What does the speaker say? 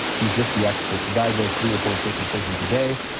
he's just the expert, the guy does three or four circumcisions a day.